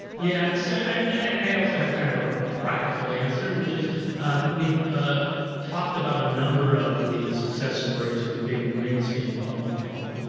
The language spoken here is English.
yeah so i mean i also have a kind of ah a practical answer which is we've ah talked about a number of the success stories and the big wins in public health